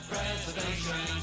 Preservation